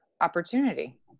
opportunity